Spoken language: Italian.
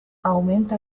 aumenta